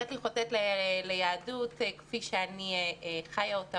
חוטאת ליהדות כפי שאני חיה אותה,